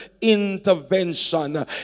intervention